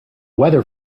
weather